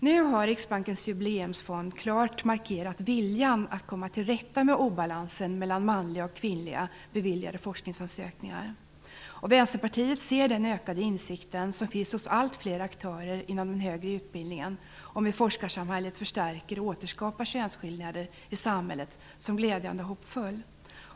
Nu har Riksbankens Jubileumsfond klart markerat viljan att komma till rätta med obalansen mellan manliga och kvinnliga beviljade forskningsansökningar. Vänsterpartiet ser den ökade insikt om hur forskarsamhället förstärker och återskapar könsskillnader i samhället som finns hos allt fler aktörer inom den högre utbildningen som glädjande och hoppfull.